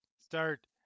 Start